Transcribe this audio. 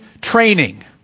training